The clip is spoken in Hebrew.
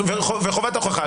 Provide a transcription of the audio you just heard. וחובת ההוכחה.